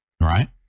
right